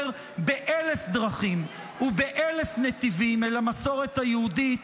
באלף דרכים ובאלף נתיבים אל המסורת היהודית,